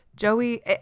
Joey